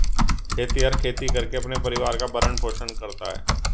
खेतिहर खेती करके अपने परिवार का भरण पोषण करता है